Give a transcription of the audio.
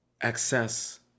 excess